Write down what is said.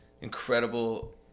incredible